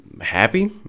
happy